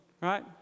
right